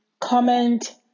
comment